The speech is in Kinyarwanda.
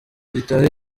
gitaha